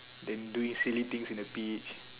than doing silly things in the beach